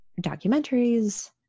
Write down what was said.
documentaries